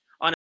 on